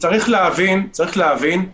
אנחנו